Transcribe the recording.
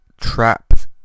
trapped